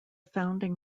founding